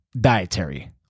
dietary